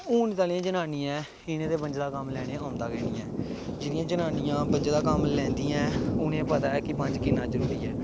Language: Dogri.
हून आह्लियां जनानियां न उ'नें गी बंजें दा कम्म लैना औंदा गै निं ऐ जेह्ड़ियां जनानियां बंजें दा कम्म लैंदियां न उ'नें गी पता ऐ कि बंज किन्ना जरूरी ऐ